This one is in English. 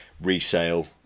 resale